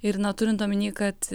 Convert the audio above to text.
ir na turint omeny kad